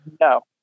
No